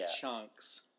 chunks